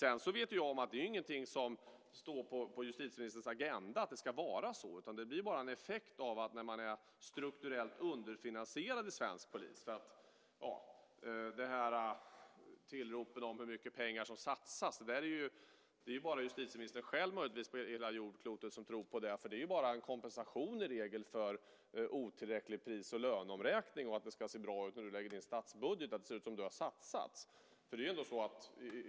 Jag vet att det inte står på justitieministerns agenda att det ska vara så, utan det är bara en effekt av att man är strukturellt underfinansierad i svensk polis. Tillropen om hur mycket pengar som satsas är det möjligtvis bara justitieministern själv på hela jordklotet som tror på. Det är i regel bara en kompensation för otillräcklig pris och löneomräkning och att det ska se bra ut när du lägger in statsbudgeten, att det ska se ut som att du har satsat.